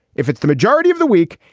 if it's the majority of the week,